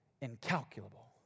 incalculable